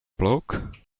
bloke